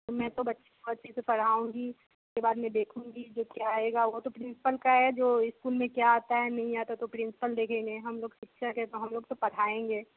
मैं तो बच्चे को अच्छे से पढ़ाऊँगी उसके बाद मैं देखूँगी जो क्या आएगा वह तो प्रिन्सिपल का है जो इस्कूल में क्या आता है नहीं आता है तो प्रिन्सिपल देखेंगे हम लोग शिक्षक हैं तो हम लोग तो पढ़ाएँगे